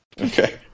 Okay